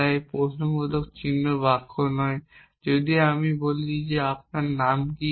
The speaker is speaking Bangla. তাই প্রশ্নবোধক চিহ্ন বাক্য নয় যদি আমি বলি আপনার নাম কি